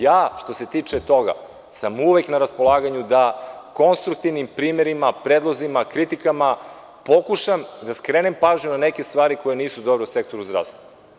Ja što se tiče toga uvek sam na raspolaganju da konstruktivnim primerima, predlozima, kritikama, pokušam da skrenem pažnju na neke stvari koje nisu dobro stekli u zdravstvu.